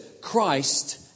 Christ